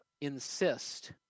insist